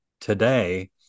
Today